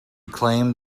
claimed